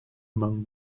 among